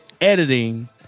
editing